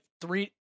three